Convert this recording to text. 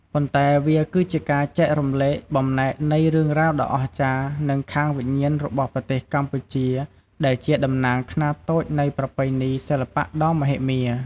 ប៉ុន្តែវាគឺជាការចែករំលែកបំណែកនៃរឿងរ៉ាវដ៏អស្ចារ្យ និងខាងវិញ្ញាណរបស់ប្រទេសកម្ពុជា ដែលជាតំណាងខ្នាតតូចនៃប្រពៃណីសិល្បៈដ៏មហិមា។